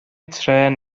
trên